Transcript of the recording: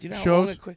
shows